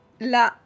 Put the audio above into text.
La